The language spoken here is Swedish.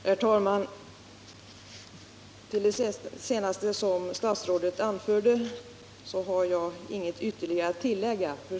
Herr talman! Efter det senaste som statsrådet anförde har jag inget ytterligare att tillägga.